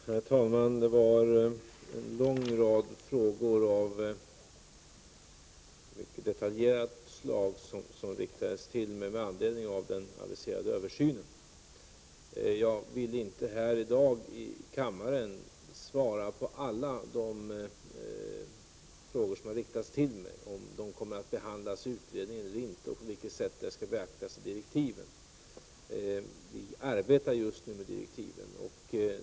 Herr talman! Det var en lång rad frågor av detaljerat slag som riktades till mig med anledning av den aviserade översynen. Jag vill inte här i kammaren i dag svara på alla de frågor som har riktats till mig — t.ex. om huruvida de kommer att behandlas i utredningen eller inte eller på vilket sätt de skall beaktas i direktiven. Vi arbetar just nu med direktiven.